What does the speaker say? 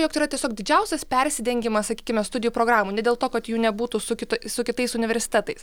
jog tai yra tiesiog didžiausias persidengimas sakykime studijų programų ne dėl to kad jų nebūtų su kita su kitais universitetais